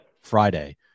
Friday